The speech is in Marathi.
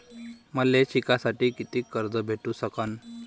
मले शिकासाठी कितीक कर्ज भेटू सकन?